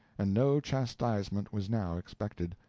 and no chastisement was now expected.